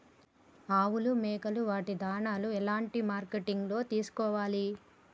ఆవులు మేకలు వాటి దాణాలు ఎలాంటి మార్కెటింగ్ లో తీసుకోవాలి?